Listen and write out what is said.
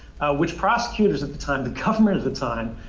which prosecutors at the time, the government of the time,